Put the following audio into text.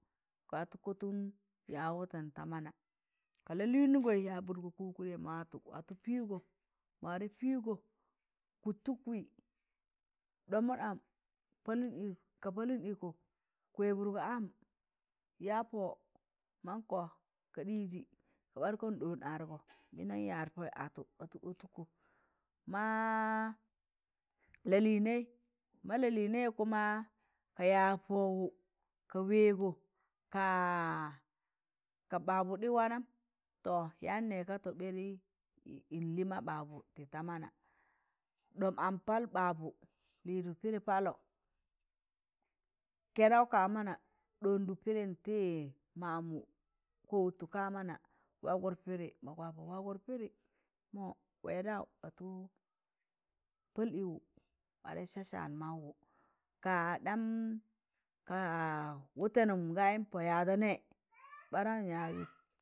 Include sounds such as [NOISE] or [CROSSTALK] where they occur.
Ka watọ ka kọtụn yaịz wụtẹn ta mana ka lalịịngọị yabụtgọ kụkụɗẹ ma watọ watụ piụgọ ma warẹ pịịgọ kụt tọ wịi ɗọọmbụn am ka palụn ịkọ kwẹbụt gọ am ya pọ mankọ ka ɗịjị ka ɓarụkọn ɗọọn argọ [NOISE] mịnda yaad pọị atọ watọ ọtọkọ ma lalịnẹi ma lalịnẹị kuma ka yaag pọwụ ka wẹẹgọ ka ka ɓapwu dị waanam to yan ne ga to ɓari yin lii ma ɓapwu tị ta mana ɗọọm am pal ɓapwu lịdụ pịdị palọ kẹnaụ ka mana ɗọndụ pịdị ma kwobut kamana kwapọ wagụt pịdị mọ wẹẹdaụ watọ pal ịyụ warẹ saa san maụ ka ɗam ka wụtẹnụm gayịm pọ yaịzọ nẹ? [NOISE] barawụn yaazi. [NOISE]